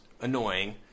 annoying